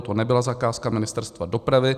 To nebyla zakázka Ministerstva dopravy.